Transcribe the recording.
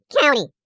county